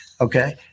Okay